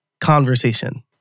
conversation